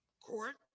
court